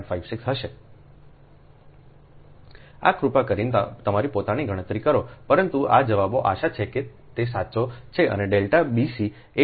આ કૃપા કરીને તમારી પોતાની ગણતરી કરો પરંતુ આ જવાબો આશા છે કે તે સાચો છે અને ડેલ્ટા bc 82૨7